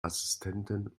assistenten